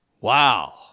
Wow